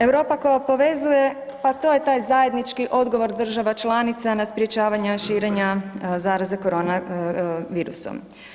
Europa koja povezuje, pa to je taj zajednički odgovor država članica na sprječavanja širenja zaraze korona virusom.